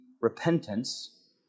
repentance